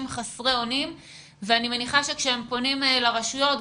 חסרי אונים ואני מניחה שכשהם פונים לרשויות,